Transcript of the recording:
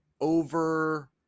over